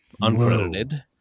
uncredited